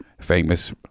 famous